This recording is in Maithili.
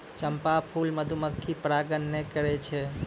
चंपा फूल मधुमक्खी परागण नै करै छै